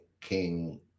King